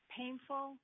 painful